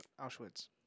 Auschwitz